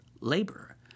labor